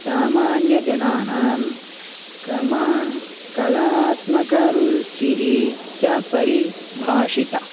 सामान्यजनानां कमा कलात्मकरुचिः च परिभाषिता